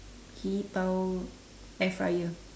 he eat bao air fryer